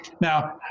Now